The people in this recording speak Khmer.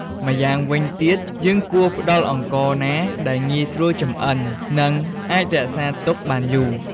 ម្យ៉ាងវិញទៀត យើងគួរផ្ដល់អង្ករណាដែលងាយស្រួលចម្អិន និងអាចរក្សាទុកបានយូរ។